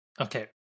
Okay